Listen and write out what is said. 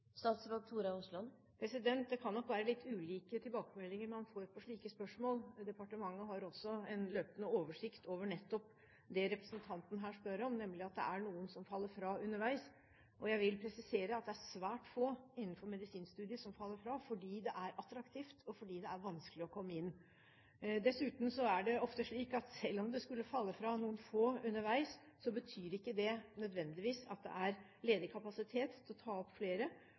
Det kan nok være at man får litt ulike tilbakemeldinger på slike spørsmål. Departementet har også en løpende oversikt over nettopp det representanten her spør om, nemlig at det er noen som faller fra underveis. Jeg vil presisere at det er svært få innenfor medisinstudiet som faller fra, fordi det er attraktivt, og fordi det er vanskelig å komme inn. Dessuten er det ofte slik at selv om det skulle falle fra noen få underveis, betyr ikke det nødvendigvis at det er ledig kapasitet til å ta opp flere,